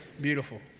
Beautiful